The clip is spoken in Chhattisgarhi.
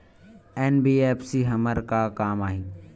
एन.बी.एफ.सी हमर का काम आही?